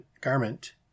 garment